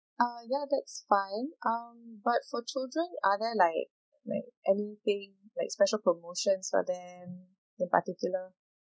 uh ya that's fine um but for children are there like like anything like special promotions for them in particular